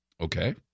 Okay